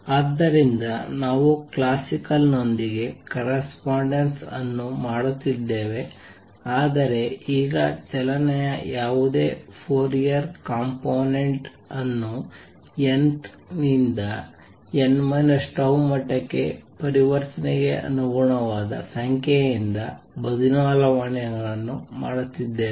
ಆದ್ದರಿಂದ ನಾವು ಕ್ಲಾಸಿಕಲ್ ನೊಂದಿಗೆ ಕರೆಸ್ಪಾಂಡೆನ್ಸ್ ಅನ್ನು ಮಾಡುತ್ತಿದ್ದೇವೆ ಆದರೆ ಈಗ ಚಲನೆಯ ಯಾವುದೇ ಫೋರಿಯರ್ ಕಂಪೊನೆಂಟ್ ಅನ್ನು n th ಯಿಂದ n τ ಮಟ್ಟಕ್ಕೆ ಪರಿವರ್ತನೆಗೆ ಅನುಗುಣವಾದ ಸಂಖ್ಯೆಯಿಂದ ಬದಲಾವಣೆಗಳನ್ನು ಮಾಡುತ್ತಿದ್ದೇವೆ